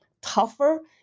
tougher